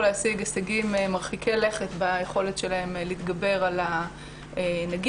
להשיג הישגים מרחיקי לכת ביכולת שלהם להתגבר על הנגיף,